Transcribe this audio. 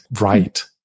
right